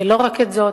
ולא רק את זאת,